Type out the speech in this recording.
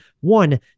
one